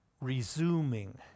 resuming